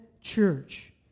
church